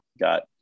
got